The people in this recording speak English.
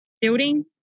building